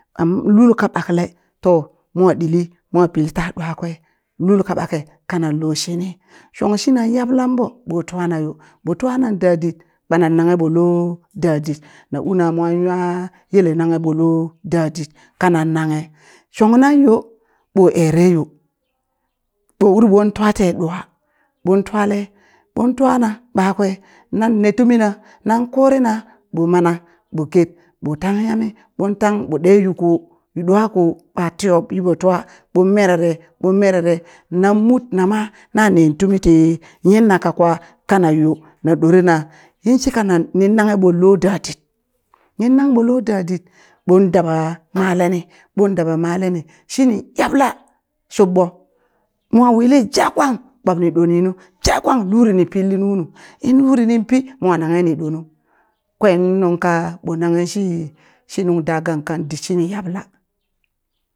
Am lulka ɓakle to mo ɗili mo pilta ɗwakwe lulka ɓake kananlo shini shong shinang yablan ɓo ɓo twana yo ɓon twana dadit ɓanan nanghe ɓo lo dit na una mwa wa yele nanghe ɓo lo dadit kanan nanghe shong nan yo ɓoereyo ɓo uri ɓon twate ɗwa ɓon twale ɓon twana ɓakwe nan ne tumina nan kurina ɓo mana ɓo keb ɓo tang nyami ɓon tang ɓo ɗe yuko yu ɗawko ɓa tiyob yiɓo twa ɓon merere ɓon merere nan mut nama nane tumiti yinni kakwa kana yo na ɗorena yinshika nan nin nanghe ɓo lo dadit, nin nangɓo lo dadit ɓon daba male ni ɓon daba male ni shini yabla shubɓo mo wili jakwang pab ni ɗoni nu jakwang lurini pilli ninu in luri nin pi mo nanghe ni do nu kweng nunka ɓo nanghe shi shi nung da gang kan gang dit shini yabla.